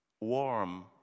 warm